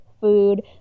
food